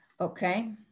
Okay